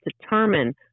determine